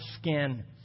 skin